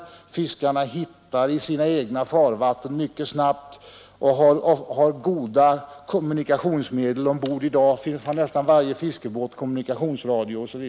Våra fiskare hittar mycket snabbt i sina egna farvatten och har goda kommunikationsmedel ombord. I dag har nästan varje fiskebåt t.ex. kommunikationsradio.